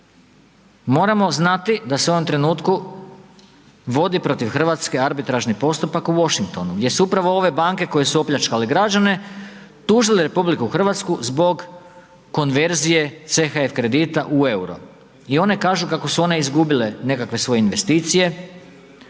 moramo znati da se u ovom trenutku vodi protiv RH arbitražni postupak u Washingtonu gdje su upravo ove banke koje su opljačkale građane tužile RH zbog konverzije CHF kredita u EUR-o i one kažu kako su one izgubile nekakve svoje investicije,